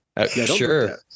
Sure